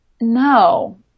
no